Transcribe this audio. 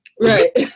Right